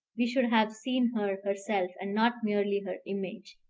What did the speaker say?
we should have seen her herself, and not merely her image.